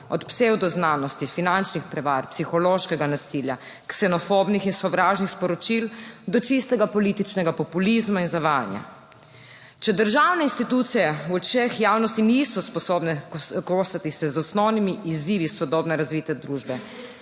od psevdoznanosti, finančnih prevar, psihološkega nasilja, ksenofobnih in sovražnih sporočil do čistega političnega populizma in zavajanja. Če se državne institucije v očeh javnosti niso sposobne kosati z osnovnimi izzivi sodobne razvite družbe,